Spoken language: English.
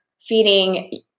feeding